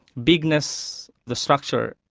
bigness, the structure,